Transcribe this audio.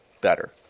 better